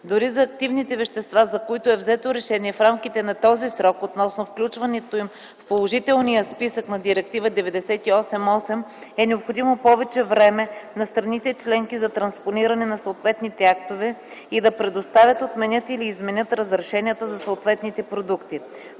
Дори за активните вещества, за които е взето решение в рамките на този срок относно включването им в положителния списък на Директива 98/8/ЕО е необходимо повече време на страните членки за транспониране на съответните актове и да предоставят, отменят или изменят разрешенията за съответните продукти.